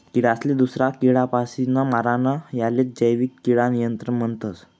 किडासले दूसरा किडापासीन मारानं यालेच जैविक किडा नियंत्रण म्हणतस